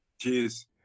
Cheers